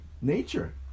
nature